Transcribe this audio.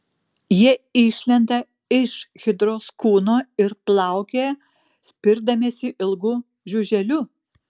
jie išlenda iš hidros kūno ir plaukioja spirdamiesi ilgu žiuželiu